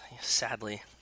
Sadly